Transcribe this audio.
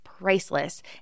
priceless